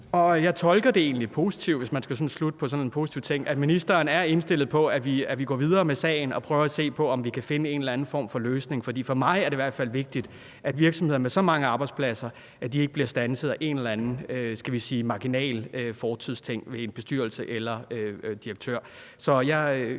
Jeg tolker det egentlig positivt, hvis man skal slutte på sådan en positiv ting, at ministeren er indstillet på, at vi går videre med sagen og prøver at se på, om vi kan finde en eller anden form for løsning. For for mig er det i hvert fald vigtigt, at virksomheder med så mange arbejdspladser ikke bliver standset af en eller anden, skal vi sige marginal ting fra fortiden, der er sket for en bestyrelse eller direktør.